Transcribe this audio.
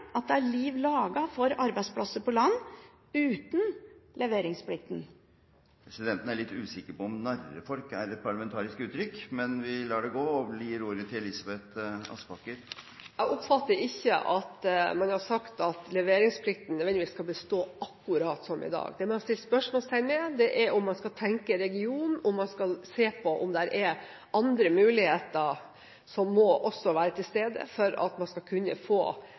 at det er liv laga for arbeidsplasser på land uten leveringsplikten? Presidenten er litt usikker på om «narret folk» er et parlamentarisk uttrykk, men lar det gå. Jeg oppfatter ikke at man har sagt at leveringsplikten nødvendigvis skal bestå akkurat som i dag. Det man har stilt spørsmål ved, er om man skal tenke region, om man skal se på om det er andre muligheter som også må være til stede for at man skal kunne få